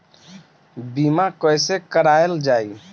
बीमा कैसे कराएल जाइ?